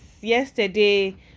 yesterday